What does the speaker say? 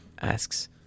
asks